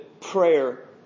Prayer